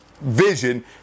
vision